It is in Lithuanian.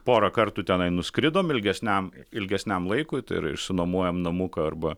porą kartų tenai nuskridom ilgesniam ilgesniam laikui tai yra išsinuomojam namuką arba